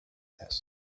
this